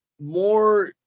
more